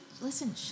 Listen